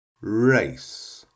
race